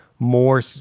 More